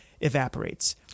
evaporates